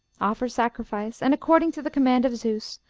offer sacrifice, and, according to the command of zeus,